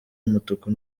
umutuku